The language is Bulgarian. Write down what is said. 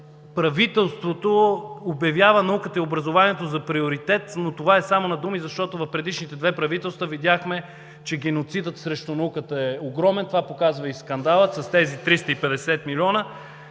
Правителството обявява науката и образованието за приоритет, но това е само на думи, защото в предишните две правителства видяхме, че геноцидът срещу науката е огромен. Това показва и скандалът с тези 350 милиона.